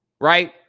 Right